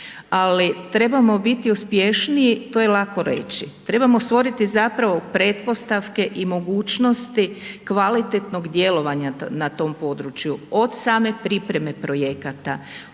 ali trebamo biti uspješniji, to je lako reći, trebamo stvoriti zapravo pretpostavke i mogućnosti kvalitetnog djelovanja na tom području, od same pripreme projekata,